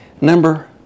Number